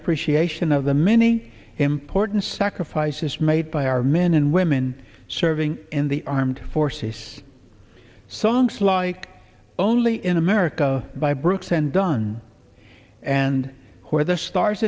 appreciation of the many important sacrifices made by our men and women serving in the armed forces songs like only in america by brooks and dunn and who are the stars